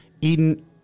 Eden